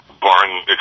barring